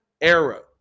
era